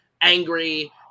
angry